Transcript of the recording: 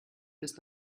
bis